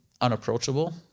unapproachable